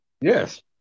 Yes